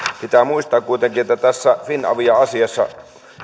pitää muistaa kuitenkin että tässä finavia asiassa